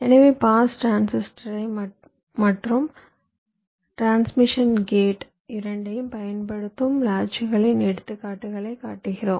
எனவே பாஸ் டிரான்சிஸ்டர்கள் மற்றும் டிரான்ஸ்மிஷன் கேட் இரண்டையும் பயன்படுத்தும் லாட்சுகளின் எடுத்துக்காட்டுகளைக் காட்டுகிறோம்